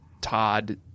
todd